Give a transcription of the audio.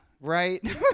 right